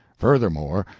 furthermore,